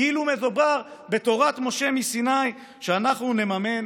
כאילו מדובר בתורת משה מסיני שאנחנו נממן